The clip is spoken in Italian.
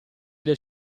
del